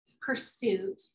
pursuit